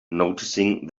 noticing